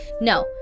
no